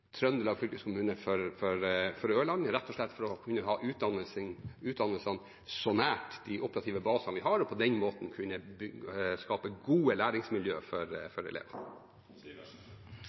Trøndelag fylkeskommune for Ørland, rett og slett for å kunne ha utdannelsene nær de operative basene vi har, og på den måten kunne skape gode læringsmiljøer for elevene. Igjen er jeg glad for